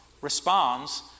responds